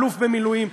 האלוף במילואים,